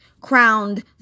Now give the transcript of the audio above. crowned